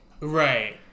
Right